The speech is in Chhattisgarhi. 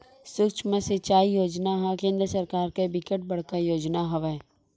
सुक्ष्म सिचई योजना ह केंद्र सरकार के बिकट बड़का योजना हवय